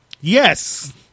Yes